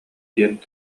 диэн